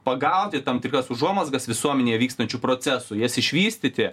pagauti tam tikras užuomazgas visuomenėje vykstančių procesų jas išvystyti